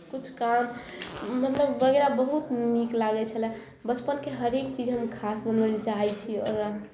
किछु काम मतलब वगैरह बहुत नीक लागै छलय बचपनके हरेक चीज हम खास बनबय लए चाहै छी ओकरा